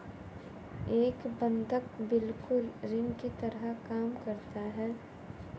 एक बंधक बिल्कुल ऋण की तरह काम करता है